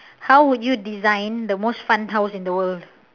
how would you design the most fun house in the world